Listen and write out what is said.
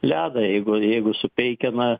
ledą jeigu jeigu su peikena